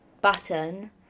button